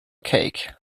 cake